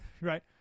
right